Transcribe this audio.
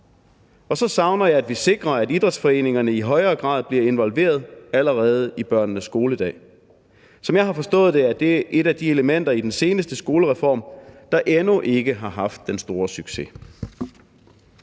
Så savner jeg, at vi sikrer, at idrætsforeningerne i højere grad bliver involveret allerede i børnenes skoledag. Som jeg har forstået det, er det et af de elementer i den seneste skolereform, der endnu ikke har haft den store succes.